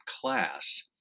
class